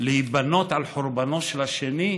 להיבנות על חורבנו של השני,